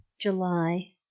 July